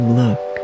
look